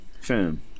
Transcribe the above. Fam